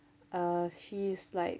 uh she's like